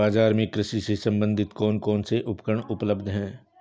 बाजार में कृषि से संबंधित कौन कौन से उपकरण उपलब्ध है?